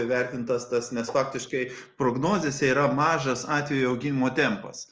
įvertintas tas nes faktiškai prognozėse yra mažas atvejų augimo tempas